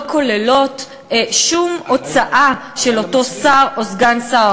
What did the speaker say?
כוללות שום הוצאה של אותו שר או סגן שר,